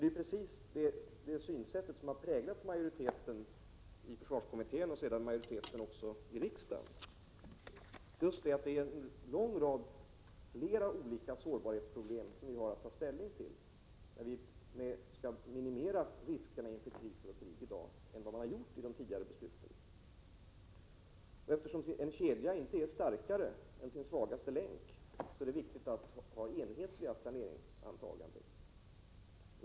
Det är precis detta synsätt som har präglat majoriteten i försvarskommittén och sedan också majoriteten i riksdagen, nämligen att det rör sig om en lång rad olika sårbarhetsproblem som vi har att ta ställning till när vi skall ytterligare minimera riskerna inför kriser och krig i dag. Eftersom en kedja inte är starkare än sin svagaste länk är det viktigt att ha enhetliga planeringsantaganden.